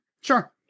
Sure